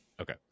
okay